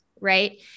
Right